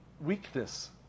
weakness